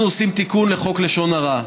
אנחנו עושים תיקון לחוק לשון הרע.